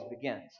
begins